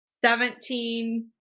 seventeen